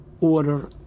order